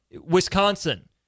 Wisconsin